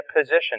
position